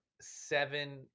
seven